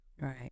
Right